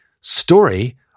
story